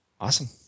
Awesome